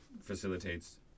facilitates